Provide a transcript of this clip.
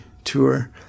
Tour